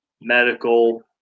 Medical